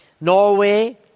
Norway